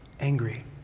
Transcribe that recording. Angry